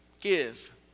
Give